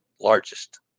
largest